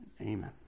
Amen